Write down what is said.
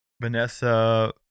Vanessa